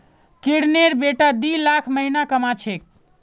किरनेर बेटा दी लाख महीना कमा छेक